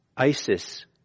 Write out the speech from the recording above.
ISIS